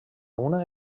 una